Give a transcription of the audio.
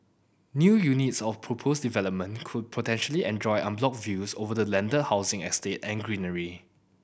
new units of proposed development could potentially enjoy unblocked views over the landed housing estate and greenery